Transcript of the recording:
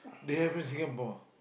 they have in Singapore